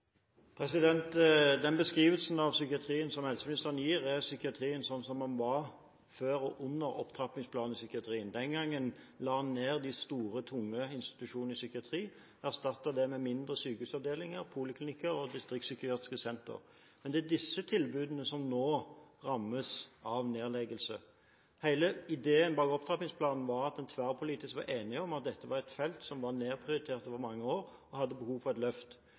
psykiatrien slik som den var før og under opptrappingsplanen for psykiatrien. Den gangen la man ned de store tunge institusjonene i psykiatrien, erstattet dem med mindre sykehusavdelinger, poliklinikker og distriktspsykiatriske senter. Det er disse tilbudene som nå rammes av nedleggelse. Hele ideen bak opptrappingsplanen var at en tverrpolitisk var enig om at dette var et felt som var nedprioritert over mange år og hadde behov for et løft.